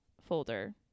folder